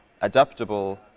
adaptable